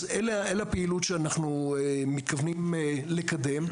אלה הפעילויות שאנחנו מתכוונים לקדם,